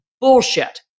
Bullshit